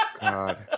god